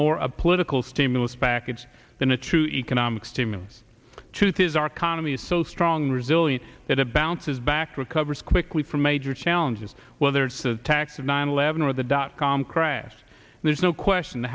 more a political stimulus package than a true economic stimulus truth is our condom is so strong resilient that a bounces back recovers quickly from major challenges whether it's attacks of nine eleven or the dotcom crash there's no question the